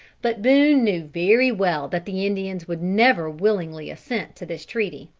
but boone knew very well that the indians would never willingly assent to this treaty.